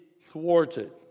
thwarted